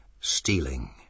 stealing